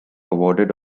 awarded